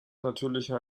natürlicher